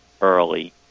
early